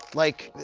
like,